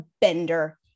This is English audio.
bender